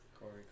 Corey